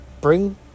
bring